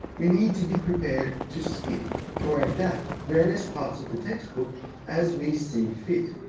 we need to be prepared to skip or adapt various parts of the textbook as we see fit,